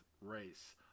race